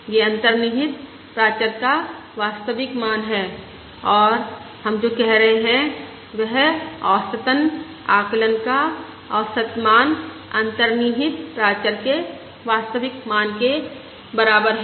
यह अंतर्निहित प्राचर का वास्तविक मान है और हम जो कह रहे हैं वह औसतन आकलन का औसत मान अंतर्निहित प्राचर के वास्तविक मान के बराबर है